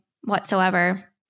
whatsoever